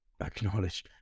acknowledge